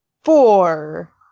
four